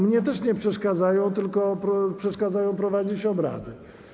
Mnie też nie przeszkadzają, tylko przeszkadzają prowadzić obrady.